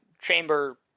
chamber